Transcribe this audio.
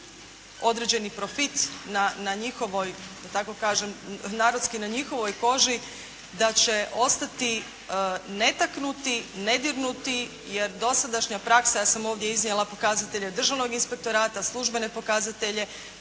da tako kažem narodski, na njihovoj koži da će ostati netaknuti, nedirnuti, jer dosadašnja praksa, ja sam ovdje iznijela pokazatelje državnog inspektorata, službene pokazatelje,